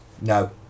No